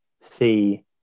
see